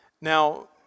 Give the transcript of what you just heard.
Now